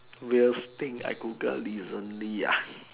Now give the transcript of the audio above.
weirdest thing I Google recently ah